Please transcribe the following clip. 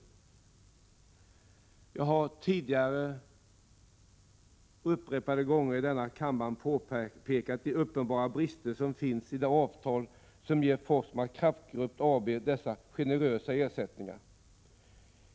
Jag har tidigare upprepade gånger i denna kammare påpekat de uppenbara brister som finns i det avtal som ger Forsmarks Kraftgrupp AB dessa generösa ersättningar.